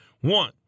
One